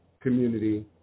community